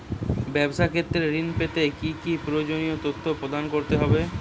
ব্যাবসা ক্ষেত্রে ঋণ পেতে কি কি প্রয়োজনীয় তথ্য প্রদান করতে হবে?